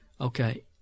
Okay